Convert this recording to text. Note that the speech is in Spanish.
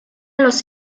los